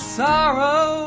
sorrow